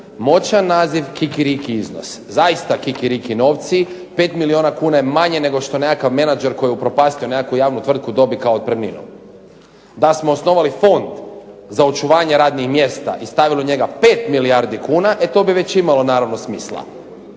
moćan naziv, kiki riki iznos, zaista kiki riki novci. 5 milijuna kuna je manje nego što je nekakav menadžer upropastio nekakvu javnu tvrtku dobije kao otpremninu. Da smo osnovali fond za očuvanje radnih mjesta i stavili u njega 5 milijardi kuna, e to bi već imalo naravno smisla.